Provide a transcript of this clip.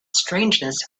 strangeness